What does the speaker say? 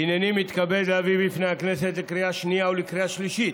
הינני מתכבד להביא בפני הכנסת לקריאה שנייה ולקריאה שלישית